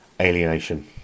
alienation